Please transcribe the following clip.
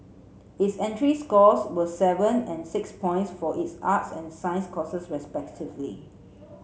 its entry scores were seven and six points for its arts and science courses respectively